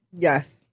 Yes